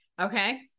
okay